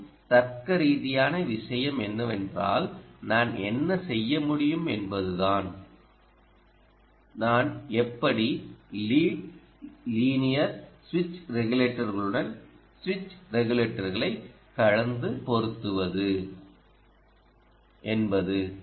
மிகவும் தர்க்கரீதியான விஷயம் என்னவென்றால் நான் என்ன செய்ய முடியும் என்பது தான் நான் எப்படி லீட் லீனியர் சுவிட்ச் ரெகுலேட்டர்களுடன் சுவிட்ச் ரெகுலேட்டர்களை கலந்து பொருத்துவது என்பது